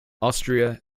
austria